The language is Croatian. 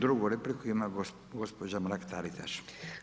Drugu repliku ima gospođa Mrak-Taritaš.